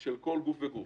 של כל גוף וגוף.